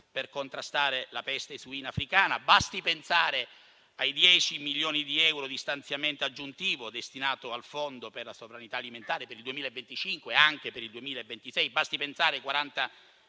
per contrastare la peste suina africana. Basti pensare ai dieci milioni di euro di stanziamento aggiuntivo destinati al fondo per la sovranità alimentare del 2025, anche per il 2026. Basti pensare ai 40 milioni di euro